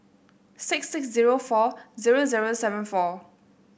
six six zero four zero zero seven four